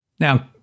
Now